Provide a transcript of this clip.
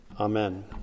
Amen